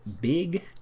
Big